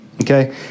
Okay